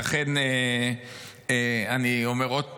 לכן אני אומר עוד פעם: